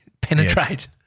penetrate